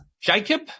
Jacob